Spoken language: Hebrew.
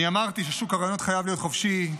אני אמרתי ששוק הרעיונות חייב להיות חופשי.